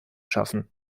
schaffen